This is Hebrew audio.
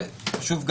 שוב,